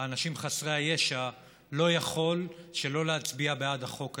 האנשים חסרי הישע לא יכול שלא להצביע בעד החוק הזה.